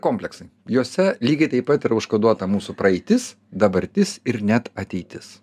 kompleksai juose lygiai taip pat yra užkoduota mūsų praeitis dabartis ir net ateitis